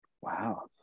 Wow